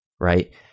right